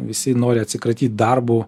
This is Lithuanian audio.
visi nori atsikratyt darbų